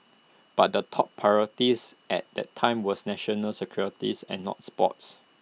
but the top priorities at that time was national security's and not sports